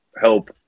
help